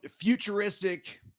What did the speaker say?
futuristic